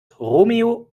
romeo